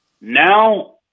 Now